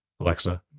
Alexa